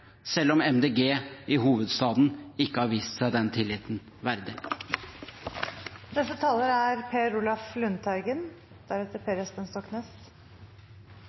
selv om MDG i hovedstaden ikke har vist seg den tilliten verdig. Det var representanten Stoknes fra MDG som sa det veldig tydelig: Spørsmålet er